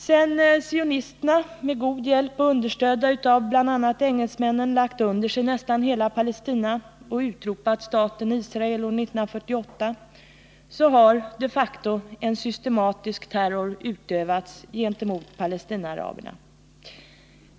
Sedan sionisterna med god hjälp och understödda av bl.a. engelsmännen lagt under sig nästa hela Palestina och utropat staten Israel 1948 har de facto en systematisk terror utövats gentemot Palestinaaraberna.